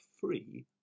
free